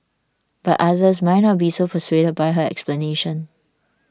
but others might not be so persuaded by her explanation